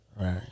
Right